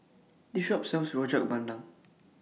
This Shop sells Rojak Bandung